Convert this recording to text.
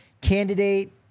candidate